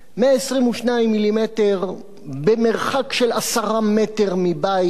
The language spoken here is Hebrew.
122 מ"מ במרחק של 10 מטר מבית,